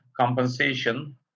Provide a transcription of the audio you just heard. compensation